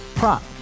Prop